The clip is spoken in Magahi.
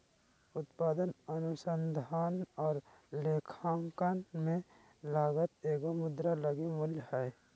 उत्पादन अनुसंधान और लेखांकन में लागत एगो मुद्रा लगी मूल्य हइ